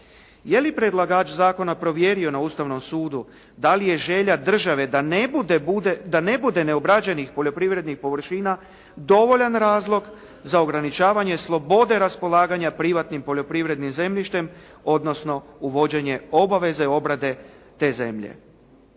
Jeli predlagač zakona provjerio na Ustavnom sudu, dali je želja države da ne bude neobrađenih poljoprivrednih površina, dovoljan razlog za ograničavanje slobode raspolaganja privatnim poljoprivrednim zemljištem, odnosno uvođenjem obaveze obrade te zemlje.